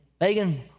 Megan